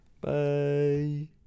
Bye